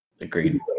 Agreed